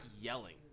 yelling